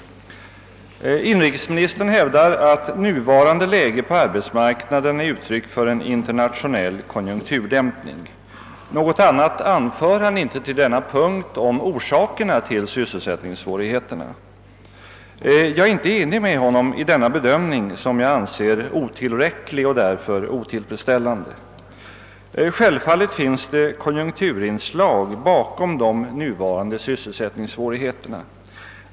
Inrikesministern hävdar att nuvarande läge på arbetsmarknaden är uttryck för en internationell konjunkturdämpning. Något annat anför han inte om orsakerna till sysselsättningssvårigheterna. Jag är inte enig med inrikesministern i denna bedömning, som jag anser otillfredsställande. Självfallet finns det konjunkturinslag bakom de nuvarande sysselsättningssvårigheterna.